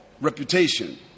reputation